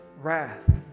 wrath